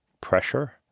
pressure